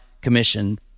commission